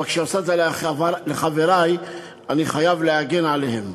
אבל כשהיא עושה את זה לחברי אני חייב להגן עליהם.